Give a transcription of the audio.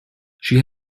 she